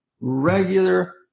regular